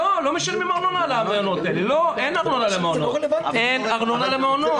אין ארנונה למעונות.